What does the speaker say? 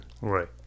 right